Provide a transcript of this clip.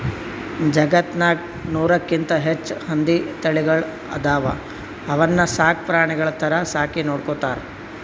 ಜಗತ್ತ್ನಾಗ್ ನೂರಕ್ಕಿಂತ್ ಹೆಚ್ಚ್ ಹಂದಿ ತಳಿಗಳ್ ಅದಾವ ಅವನ್ನ ಸಾಕ್ ಪ್ರಾಣಿಗಳ್ ಥರಾ ಸಾಕಿ ನೋಡ್ಕೊತಾರ್